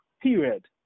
period